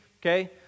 Okay